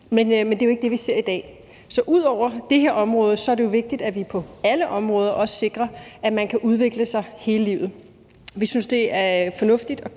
men det er jo ikke det, vi ser i dag. Så ud over det her område er det jo vigtigt, at vi på alle områder også sikrer, at man kan udvikle sig hele livet. Vi synes, det er fornuftigt at kigge